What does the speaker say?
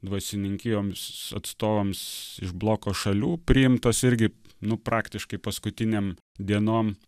dvasininkijoms atstovams iš bloko šalių priimtas irgi nu praktiškai paskutinėm dienom